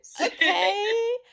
Okay